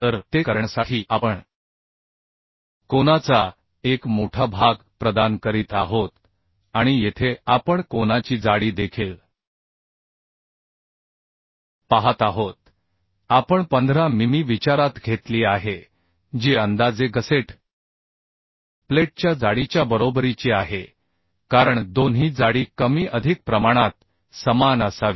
तर ते करण्यासाठी आपण कोनाचा एक मोठा भाग प्रदान करीत आहोत आणि येथे आपण कोनाची जाडी देखील पाहत आहोत आपण 15 मिमी विचारात घेतली आहे जी अंदाजे गसेट प्लेटच्या जाडीच्या बरोबरीची आहे कारण दोन्ही जाडी कमी अधिक प्रमाणात समान असावी